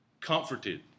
Comforted